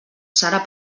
serà